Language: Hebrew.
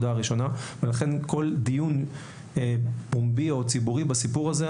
לכן כל דיון פומבי או ציבורי בסיפור הזה,